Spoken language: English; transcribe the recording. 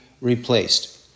replaced